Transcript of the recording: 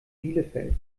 bielefeld